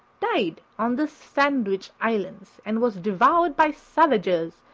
died on the sandwich islands and was devoured by savages,